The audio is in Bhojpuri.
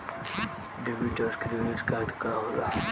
डेबिट और क्रेडिट कार्ड का होला?